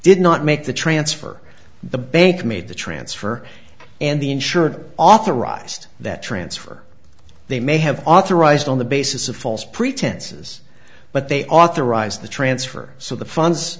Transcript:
did not make the transfer the bank made the transfer and the insurer authorized that transfer they may have authorized on the basis of false pretenses but they authorized the transfer so the funds